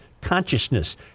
consciousness